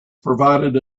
provided